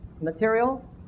material